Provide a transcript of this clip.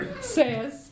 says